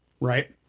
Right